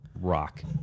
rock